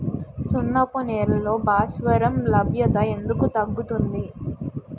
సున్నపు నేలల్లో భాస్వరం లభ్యత ఎందుకు తగ్గుతుంది?